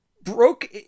broke